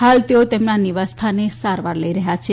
હાલ તેઓ તેમના નિવાસસ્થાને સારવાર લઈ રહ્યા છે